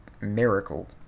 miracle